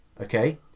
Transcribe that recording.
Okay